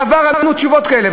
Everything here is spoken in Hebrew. בעבר ענו תשובות כאלה.